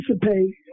participate